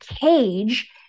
cage